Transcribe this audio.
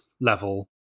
level